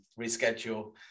reschedule